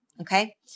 okay